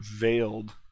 veiled